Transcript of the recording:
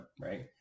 right